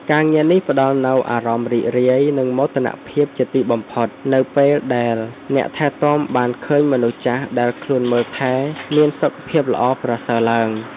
ការងារនេះផ្តល់នូវអារម្មណ៍រីករាយ និងមោទនភាពជាទីបំផុត នៅពេលដែលអ្នកថែទាំបានឃើញមនុស្សចាស់ដែលខ្លួនមើលថែមានសុខភាពល្អប្រសើរឡើង។